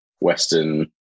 Western